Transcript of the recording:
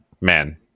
man